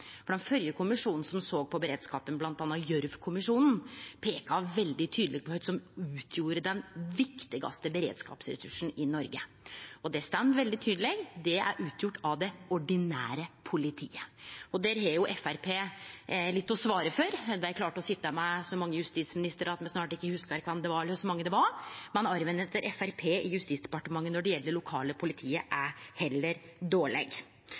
Den førre kommisjonen som såg på beredskapen, bl.a. Gjørv-kommisjonen, peika veldig tydeleg på kva som utgjorde den viktigaste beredskapsressursen i Noreg, og det står veldig tydeleg: Det er det ordinære politiet. Og der har Framstegspartiet litt å svare for. Dei klara å sitje med så mange justisministrar at me snart ikkje hugsar kven det var, eller kor mange det var. Så arven etter Framstegspartiet i Justisdepartementet når det gjeld det lokale politiet, er heller dårleg.